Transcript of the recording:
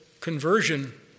conversion